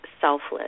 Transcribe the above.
selfless